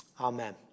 Amen